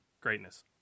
greatness